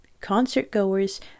Concert-goers